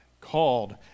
called